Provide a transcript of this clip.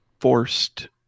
forced